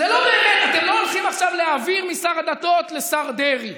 אתם לא הולכים עכשיו להעביר משר הדתות לשר דרעי.